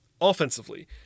Offensively